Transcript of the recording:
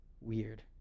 weird